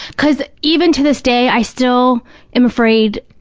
because even to this day, i still am afraid,